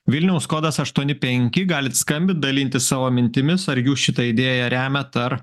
vilniaus kodas aštuoni penki galit skambint dalintis savo mintimis ar jūs šitą idėją remiat ar